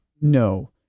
no